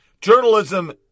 Journalism